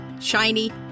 shiny